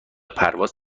پرواز